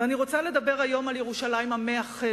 ואני רוצה לדבר היום על ירושלים המאחדת.